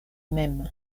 mem